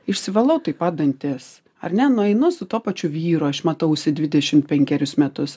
išsivalau taip pat dantis ar ne nueinu su tuo pačiu vyru aš matausi dvidešimt penkerius metus